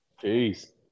Peace